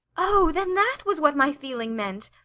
oh, then that was what my feeling meant!